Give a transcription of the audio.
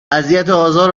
اذیتوآزار